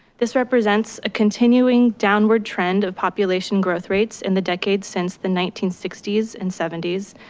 this represents a continuing downward trend of population growth rates in the decades since the nineteen sixty s and seventy s,